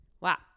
Wow